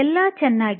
ಎಲ್ಲಾ ಚೆನ್ನಾಗಿ